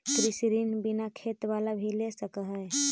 कृषि ऋण बिना खेत बाला भी ले सक है?